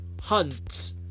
Hunt